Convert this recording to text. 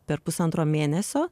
per pusantro mėnesio